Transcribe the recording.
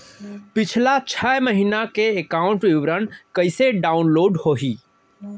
पिछला छः महीना के एकाउंट विवरण कइसे डाऊनलोड होही?